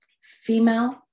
female